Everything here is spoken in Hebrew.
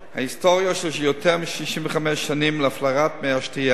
ההיסטוריה של יותר מ-65 שנים של הפלרת מי השתייה,